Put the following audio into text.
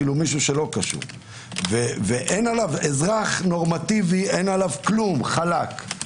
מישהו שלא קשור, ואזרח נורמטיבי, חלק.